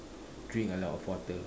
drink a lot of water